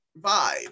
vibe